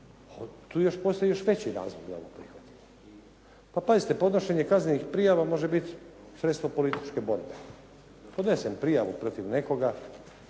još postoji još veći razlog za prijavu. Pa pazite, podnošenje kaznenih prijava može biti sredstvo političke borbe. Podnesem prijavu protiv nekoga